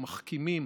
המחכימים,